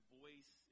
voice